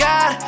God